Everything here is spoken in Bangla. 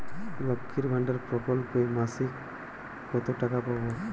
লক্ষ্মীর ভান্ডার প্রকল্পে মাসিক কত টাকা পাব?